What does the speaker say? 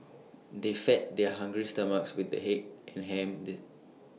they fed their hungry stomachs with the egg and ham the